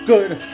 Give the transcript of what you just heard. good